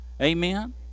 Amen